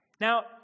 Now